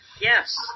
Yes